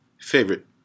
favorite